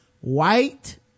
white